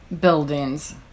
buildings